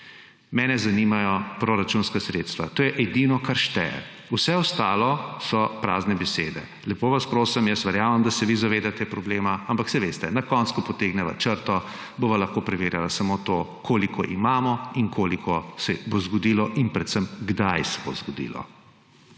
Mene zanimajo proračunska sredstva, to je edino, kar šteje, vse ostalo so prazne besede. Lepo vas prosim, jaz verjamem, da se vi zavedate problema, ampak saj veste, na koncu, ko potegneva črto, bova lahko preverjala samo to, koliko imamo in koliko se bo zgodilo in predvsem, kdaj se bo zgodilo.